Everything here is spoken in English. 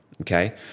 okay